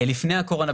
לפני הקורונה,